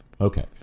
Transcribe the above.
Okay